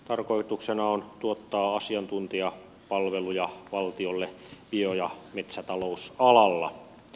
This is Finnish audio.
tarkoituksena on tuottaa asiantuntijapalveluja valtiolle bio ja metsätalousalalla